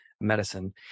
medicine